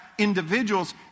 Individuals